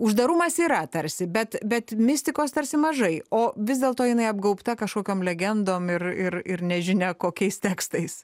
uždarumas yra tarsi bet bet mistikos tarsi mažai o vis dėlto jinai apgaubta kažkokiom legendom ir ir ir nežinia kokiais tekstais